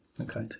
okay